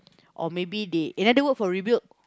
or maybe they another word for rebuild